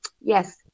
Yes